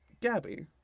Gabby